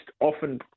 often